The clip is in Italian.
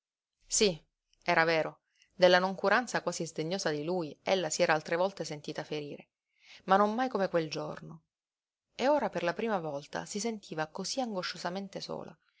sí era vero della noncuranza quasi sdegnosa di lui ella si era altre volte sentita ferire ma non mai come quel giorno e ora per la prima volta si sentiva cosí angosciosamente sola